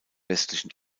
westlichen